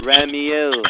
Ramiel